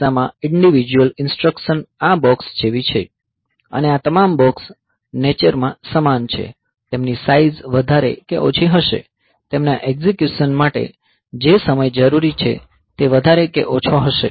હવે RISC ના કિસ્સામાં આ ઈન્ડીવીડ્યુઅલ ઈન્સ્ટ્રકશન આ બોક્સ જેવી છે અને આ તમામ બોક્સ નેચર માં સમાન છે તેમની સાઈઝ વધારે કે ઓછી હશે તેમના એક્ઝીક્યુશન માટે જે સમય જરૂરી છે તે વધારે કે ઓછો હશે